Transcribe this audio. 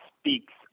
speaks